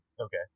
okay